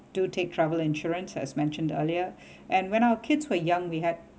do take travel insurance as mentioned earlier and when our kids were young we had